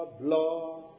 blood